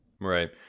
Right